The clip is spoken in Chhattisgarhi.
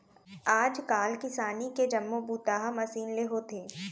आज काल किसानी के जम्मो बूता ह मसीन ले होथे